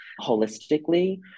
holistically